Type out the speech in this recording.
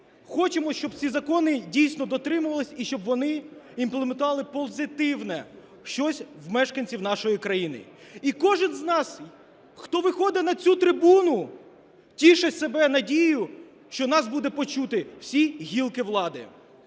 хочемо, щоб ці закони дійсно дотримувалися і щоб вони імплементували позитивне щось в мешканців нашої країни. І кожен з нас, хто виходить на цю трибуну, тішить себе надією, що нас буде почуто всіма гілками влади.